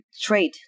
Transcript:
trade